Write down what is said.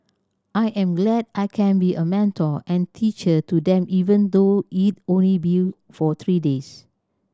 I am glad I can be a mentor and teacher to them even though it only be for three days